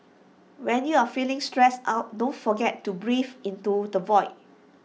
when you are feeling stressed out don't forget to breathe into the void